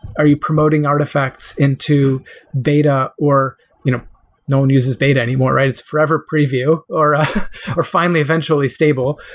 are you promoting artifacts into data or you know no one uses beta anymore, right? it's forever preview, or or finally eventually stable.